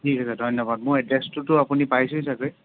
ঠিক আছে ধন্যবাদ মই এড্ৰেছটোতো আপুনি পাইছেই ছাগৈ